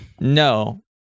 No